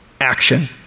action